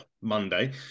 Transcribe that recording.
Monday